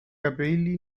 capelli